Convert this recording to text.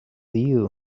you